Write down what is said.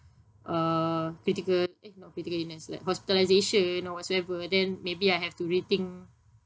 uh critical eh not critical illness like hospitalisation or whatsoever then maybe I have to rethink